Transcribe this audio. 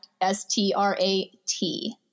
S-T-R-A-T